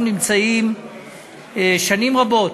אנחנו נמצאים שנים רבות,